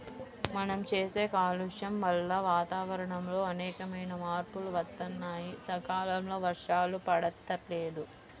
మనం చేసే కాలుష్యం వల్ల వాతావరణంలో అనేకమైన మార్పులు వత్తన్నాయి, సకాలంలో వర్షాలు పడతల్లేదు